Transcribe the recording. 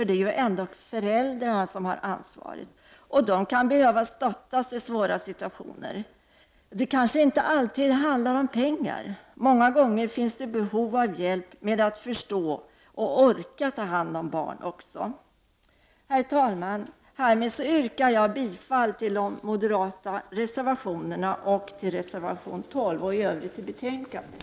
Det är ju ändå föräldrarna som har ansvaret, och de kan behöva stöttas i svåra situationer. Det kanske inte alltid handlar om pengar; många gånger finns det också behov av hjälp med att förstå och orka ta hand om barn. Herr talman! Härmed yrkar jag bifall till de moderata reservationerna och till reservation 12 samt i övrigt till utskottets hemställan.